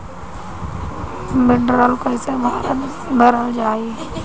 भीडरौल कैसे भरल जाइ?